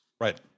Right